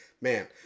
Man